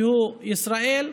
שהוא ישראל.